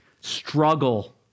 Struggle